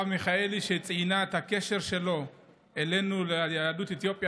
מיכאלי שציינה את הקשר שלו ליהדות אתיופיה,